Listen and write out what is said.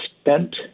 spent